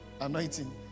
anointing